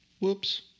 Whoops